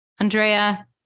Andrea